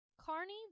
Carney